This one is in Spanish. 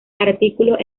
artículos